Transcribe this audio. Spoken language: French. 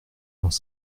dans